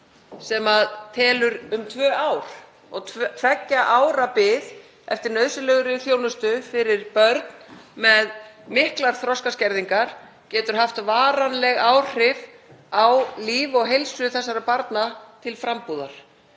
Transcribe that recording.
sem telur um tvö ár. Tveggja ára bið eftir nauðsynlegri þjónustu fyrir börn með miklar þroskaskerðingar getur haft varanleg áhrif á líf og heilsu þeirra til frambúðar.